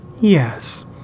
Yes